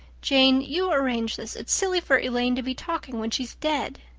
jane, you arrange this. it's silly for elaine to be talking when she's dead.